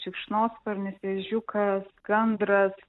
šikšnosparnis ežiukas gandras